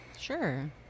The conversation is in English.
Sure